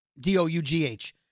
D-O-U-G-H